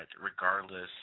regardless